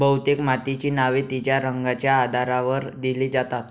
बहुतेक मातीची नावे तिच्या रंगाच्या आधारावर दिली जातात